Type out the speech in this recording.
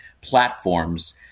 platforms